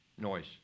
noise